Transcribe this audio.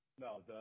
No